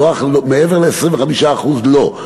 מעבר ל-25% לא.